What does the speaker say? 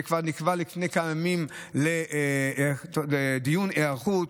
שכבר נקבע לפני כמה ימים לדיון היערכות.